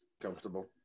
Comfortable